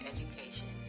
Education